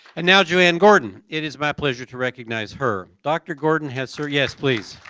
and now, joanne gordon. it is my pleasure to recognize her. dr. gordon has her yes please.